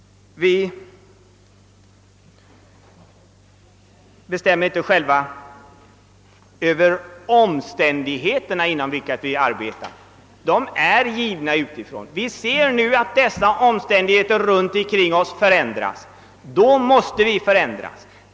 Vi bestämmer inte själva över de yttre omständigheterna under vilka vi arbetar. Vi ser nu att förhållandena runt omkring oss förändras. Då måste vi själva förändra oss.